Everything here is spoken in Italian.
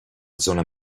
zona